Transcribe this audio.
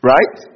Right